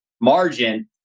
margin